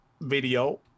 video